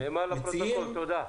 למען הפרוטוקול, תודה.